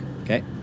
okay